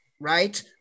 right